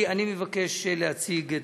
אני מבקש להציג,